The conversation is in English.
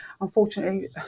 unfortunately